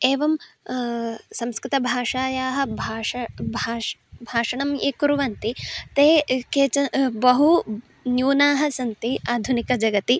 एवं संस्कृतभाषायाः भाषणं भाषणं भाषणं ये कुर्वन्ति ते केचन बहु न्यूनाः सन्ति आधुनिकजगति